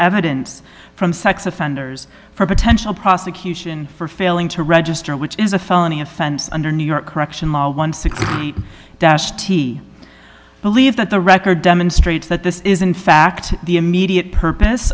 evidence from sex offenders for potential prosecution for failing to register which is a felony offense under new york correction law one th dashti believe that the record demonstrates that this is in fact the immediate purpose